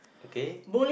okay